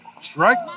Strike